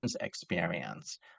experience